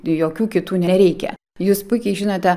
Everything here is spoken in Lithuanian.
jokių kitų nereikia jūs puikiai žinote